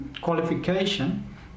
qualification